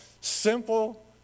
simple